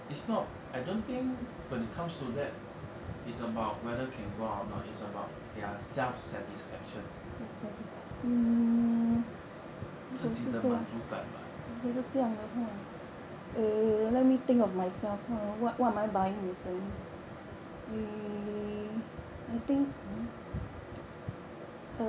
it's not I don't think when it comes to that it's about whether can go out or not it's about their self satisfaction 自己的满足感吧